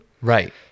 right